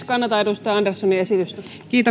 kannatan edustaja anderssonin esitystä